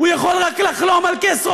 הוא יכול רק לחלום על כס ראש הממשלה.